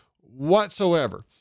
whatsoever